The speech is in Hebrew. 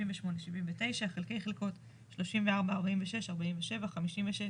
78, 79, חלקי חלקות 3, 46, 47, 56,